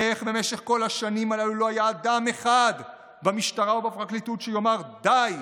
איך במשך כל השנים הללו לא היה אדם אחד במשטרה ובפרקליטות שיאמר: די,